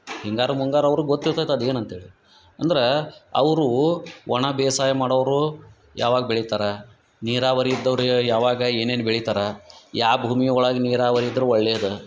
ಹಿಂಗಾರು ಮುಂಗಾರು ಅವ್ರಿಗೆ ಗೊತ್ತಿರ್ತೈತೆ ಅದೇನು ಅಂತೇಳಿ ಅಂದ್ರಾ ಅವರು ಒಣ ಬೇಸಾಯ ಮಾಡೋರೂ ಯಾವಾಗ ಬೆಳಿತಾರ ನೀರಾವರಿ ಇದ್ದೋರು ಯಾವಾಗ ಏನೇನು ಬೆಳಿತಾರ ಯಾವ ಭೂಮಿಯೊಳಗ ನೀರಾವರಿ ಇದ್ರ ಒಳ್ಳೆದು